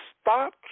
stop